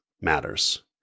matters